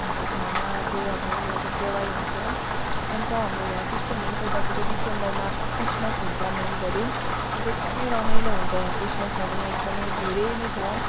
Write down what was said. अन्त खानाहरू चाहिँ उनीहरूको सेवाइ हुन्छ अन्त हाम्रो क्रिस्तानहरू पनि छ उनीहरूको चाहिँ डिसेम्बरमा क्रिसमस हुन्छ मेन गरी अन्त एकदम रमाइलो हुन्छ यहाँ क्रिसमसमा पनि एकदम धेरै नै छ